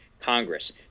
Congress